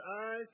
eyes